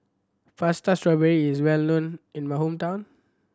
strawberry is well known in my hometown